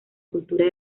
cultura